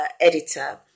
editor